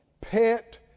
pet